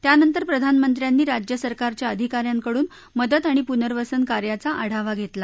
त्यानंतर प्रधानमंत्र्यानी राज्य सरकारच्या अधिका यांकडून मदत आणि पुनर्वसन कार्याचा आढावा घेतला